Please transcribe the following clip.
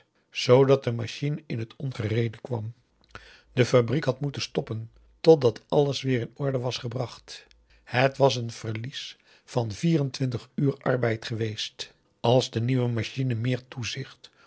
zoodat de machine in het ongereede kwam de fabriek had moeten stoppen totdat alles weer in orde was gebracht het was een verlies van vier-en-twintig uur arbeid geweest als de nieuwe machine meer toezicht